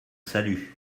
salut